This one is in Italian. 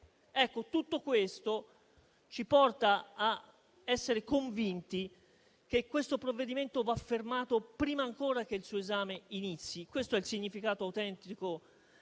tutto questo ci porta a essere convinti che questo provvedimento vada fermato prima ancora che il suo esame inizi. Questo è il significato autentico